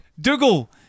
Dougal